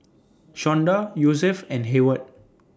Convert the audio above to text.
Shawnda Josef and Heyward